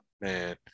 Man